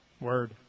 Word